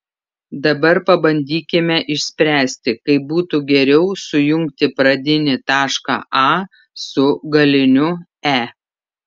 dabar pabandykime išspręsti kaip būtų geriau sujungti pradinį tašką a su galiniu e